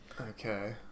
Okay